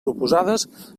proposades